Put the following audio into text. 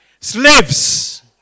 Slaves